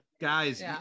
Guys